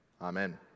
amen